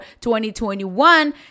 2021